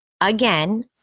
again